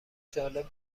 جالب